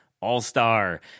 all-star